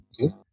Okay